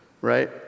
right